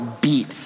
beat